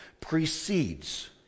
precedes